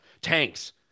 Tanks